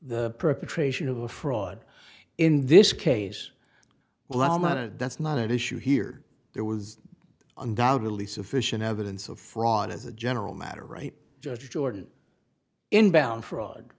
the perpetration of a fraud in this case well monod that's not at issue here there was undoubtedly sufficient evidence of fraud as a general matter right jordan in bound fraud